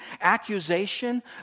accusation